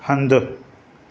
हंधु